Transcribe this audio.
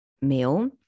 meal